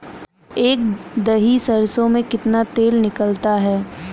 एक दही सरसों में कितना तेल निकलता है?